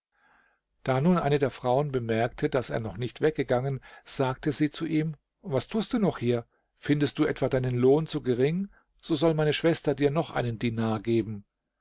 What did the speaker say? da nun eine der frauen bemerkte daß er noch nicht weggegangen sagte sie zu ihm was tust du noch hier findest du etwa deinen lohn zu gering so soll meine schwester dir noch einen dinar geben